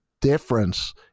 difference